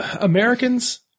Americans